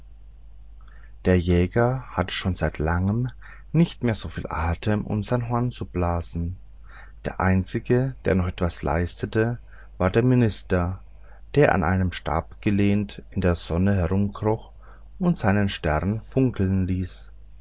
der jäger hatte schon seit langem nicht mehr so viel atem um sein horn zu blasen der einzige der noch etwas leistete war der minister der an einem stabe gelehnt in der sonne herumkroch und seinen stern funkeln ließ